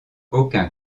aucun